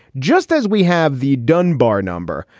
just as we have the dunbar number,